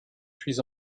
suis